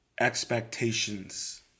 expectations